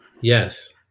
yes